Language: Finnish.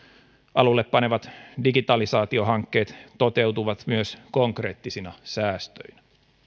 alulle panemat digitalisaatiohankkeet toteutuvat myös konkreettisina säästöinä